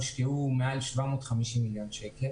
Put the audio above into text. הושקעו מעל 750 מיליון שקלים